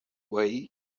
way